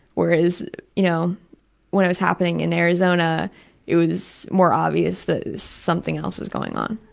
whereas you know when it was happening in arizona it was more obvious that something else was going on.